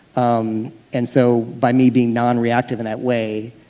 um and so by me being non-reactive in that way,